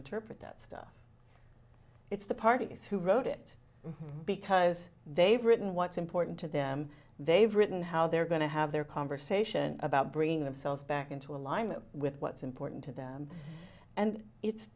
interpret that stuff it's the parties who wrote it because they've written what's important to them they've written how they're going to have their conversation about bringing themselves back into alignment with what's important to them and it's